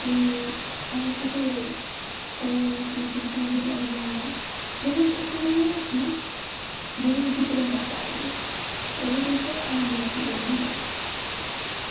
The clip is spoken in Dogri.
ते बाद च फिर ओह् उसी फिर तू बचान जांदा ऐ लेकिन इक मूवी होर ही जेह्ड़ी बिक्रम बत्रा आह्ली ओह्दे बिच्च आर्मी आफिसर होंदा